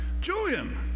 Julian